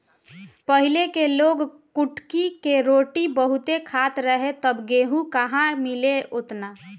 पहिले के लोग कुटकी के रोटी बहुते खात रहे तब गेहूं कहां मिले ओतना